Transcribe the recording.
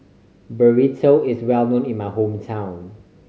burrito is well known in my hometown